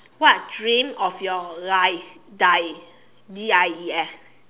what dream of your dies dies D I E S